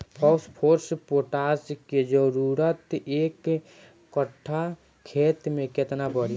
Phosphorus potash के जरूरत एक कट्ठा खेत मे केतना पड़ी?